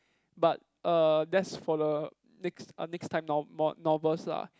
but uh that's for the next ah next time no~ novels lah